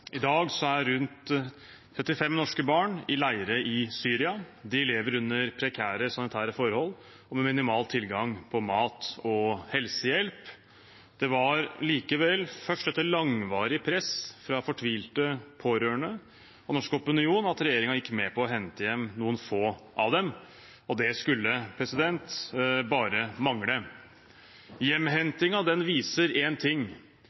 I dag er rundt 35 norske barn i leirer i Syria. De lever under prekære sanitære forhold og med minimal tilgang på mat og helsehjelp. Det var likevel først etter langvarig press fra fortvilte pårørende og norsk opinion at regjeringen gikk med på å hente hjem noen få av dem. Det skulle bare mangle. Hjemhentingen viser én ting: